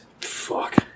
Fuck